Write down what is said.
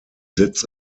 sitz